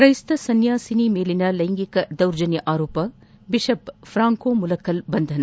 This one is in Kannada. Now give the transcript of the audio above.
ತ್ರೈಸ್ತ ಸನ್ಯಾಸಿನಿಯೊಬ್ಬರ ಮೇಲಿನ ಲೈಂಗಿಕ ದೌರ್ಜನ್ಯ ಆರೋಪ ಬಿಷಪ್ ಫ್ರಾಂಕೊ ಮುಲಕ್ಕಲ್ ಬಂಧನ